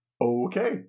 Okay